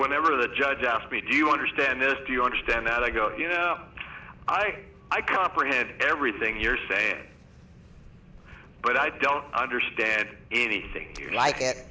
whenever the judge asked me do you understand it do you understand that i go you know i i comprehend everything you're saying but i don't understand anything like